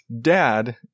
Dad